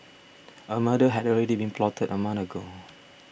a murder had already been plotted a month ago